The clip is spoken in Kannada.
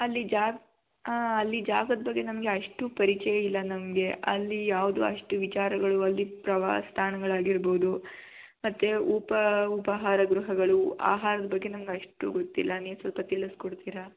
ಅಲ್ಲಿ ಜಾಗ ಅಲ್ಲಿ ಜಾಗದ ಬಗ್ಗೆ ನಮಗೆ ಅಷ್ಟು ಪರಿಚಯ ಇಲ್ಲ ನಮಗೆ ಅಲ್ಲಿ ಯಾವುದು ಅಷ್ಟು ವಿಚಾರಗಳು ಅಲ್ಲಿ ಪ್ರವಾಸಿ ತಾಣಗಳಾಗಿರ್ಬೋದು ಮತ್ತು ಉಪ ಉಪಹಾರ ಗೃಹಗಳು ಆಹಾರದ ಬಗ್ಗೆ ನಮ್ಗೆ ಅಷ್ಟು ಗೊತ್ತಿಲ್ಲ ನೀವು ಸ್ವಲ್ಪ ತಿಳಿಸ್ಕೊಡ್ತೀರಾ